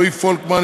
רועי פולקמן,